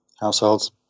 households